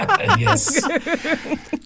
Yes